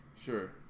Sure